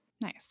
nice